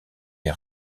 les